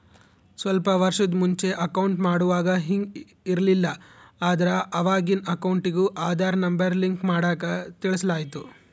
ಸ್ವಲ್ಪ ವರ್ಷುದ್ ಮುಂಚೆ ಅಕೌಂಟ್ ಮಾಡುವಾಗ ಹಿಂಗ್ ಇರ್ಲಿಲ್ಲ, ಆದ್ರ ಅವಾಗಿನ್ ಅಕೌಂಟಿಗೂ ಆದಾರ್ ನಂಬರ್ ಲಿಂಕ್ ಮಾಡಾಕ ತಿಳಿಸಲಾಯ್ತು